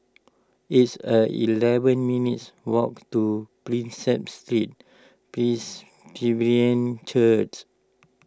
it's a eleven minutes' walk to Prinsep Street Church